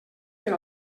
per